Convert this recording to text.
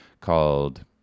called